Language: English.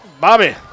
Bobby